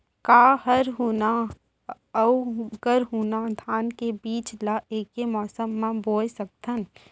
का हरहुना अऊ गरहुना धान के बीज ला ऐके मौसम मा बोए सकथन?